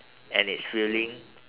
and it's filling